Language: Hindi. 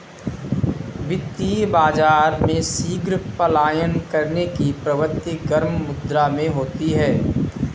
वित्तीय बाजार में शीघ्र पलायन करने की प्रवृत्ति गर्म मुद्रा में होती है